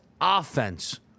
offense